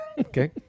Okay